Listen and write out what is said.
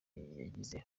yagize